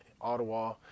Ottawa